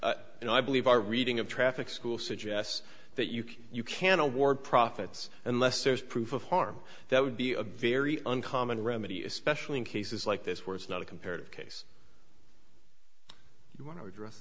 and i believe our reading of traffic school suggests that you can you can award profits unless there's proof of harm that would be a very uncommon remedy especially in cases like this where it's not a comparative case you want to address